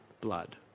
blood